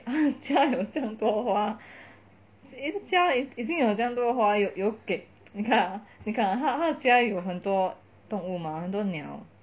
他的家有这样多花全家已近有这样多花有给你看你看他他家有很多动物嘛很多鸟